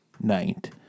night